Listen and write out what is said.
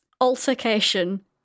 altercation